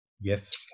Yes